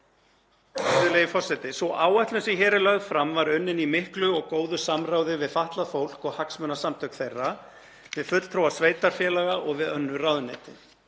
Virðulegi forseti. Sú áætlun sem hér er lögð fram var unnin í miklu og góðu samráði við fatlað fólk og hagsmunasamtök þeirra, við fulltrúa sveitarfélaga og við önnur ráðuneyti.